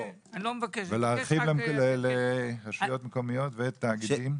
ולהרחיב לרשויות מקומיות ולתאגידים.